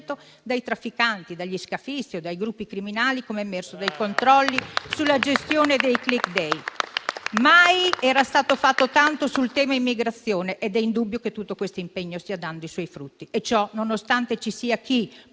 dai trafficanti, dagli scafisti o dai gruppi criminali, come è emerso dei controlli sulla gestione dei *click day*. Mai era stato fatto tanto sul tema dell'immigrazione ed è indubbio che tutto questo impegno stia dando i suoi frutti;